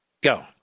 Go